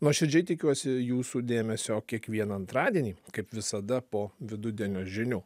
nuoširdžiai tikiuosi jūsų dėmesio kiekvieną antradienį kaip visada po vidudienio žinių